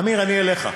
עמיר, אני אליך.